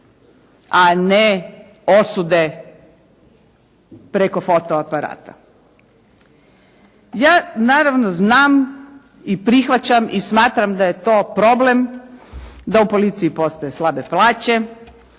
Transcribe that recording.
a ne osude preko fotoaparata. Ja naravno znam i prihvaćam i smatram da je to problem da u policiji postoje slabe plaće,